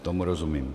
Tomu rozumím.